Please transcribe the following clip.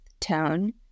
Tone